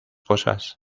cosas